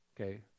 okay